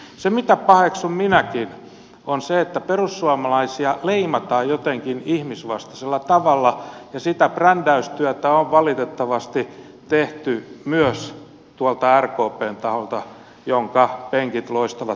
se mitä paheksun minäkin on se että perussuomalaisia leimataan jotenkin ihmisvastaisella tavalla ja sitä brändäystyötä on valitettavasti tehty myös tuolta rkpn taholta jonka penkit loistavat tyhjyyttään